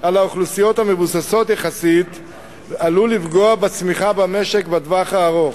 על האוכלוסיות המבוססות יחסית עלול לפגוע בצמיחה במשק בטווח הארוך,